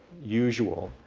usual,